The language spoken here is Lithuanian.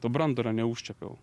to branduolio neužčiuopiau